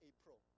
April